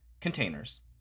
containers